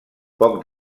poc